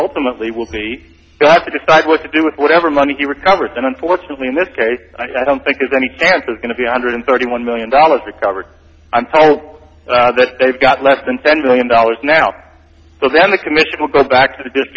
ultimately will be have to decide what to do with whatever money he recovers and unfortunately in this case i don't think there's any chance is going to be a hundred thirty one million dollars to cover i'm told that they've got less than ten million dollars now so then the commission will go back to the d